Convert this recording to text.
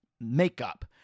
makeup